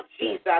Jesus